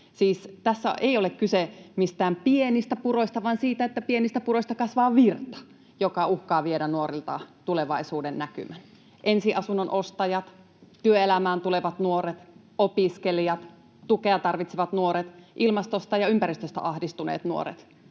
tässä ei ole kyse mistään pienistä puroista, vaan siitä, että pienistä puroista kasvaa virta, joka uhkaa viedä nuorilta tulevaisuudennäkymän. Ensiasunnon ostajat, työelämään tulevat nuoret, opiskelijat, tukea tarvitsevat nuoret, ilmastosta ja ympäristöstä ahdistuneet nuoret